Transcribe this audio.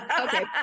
Okay